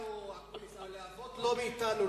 הלהבות לא מאתנו, אקוניס, הלהבות לא מאתנו.